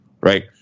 right